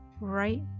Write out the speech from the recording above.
right